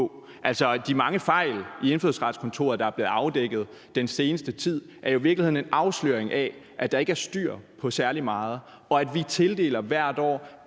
de mange fejl i indfødsretskontoret, der er blevet afdækket den seneste tid, er jo i virkeligheden en afsløring af, at der ikke er styr på særlig meget, og at vi hvert år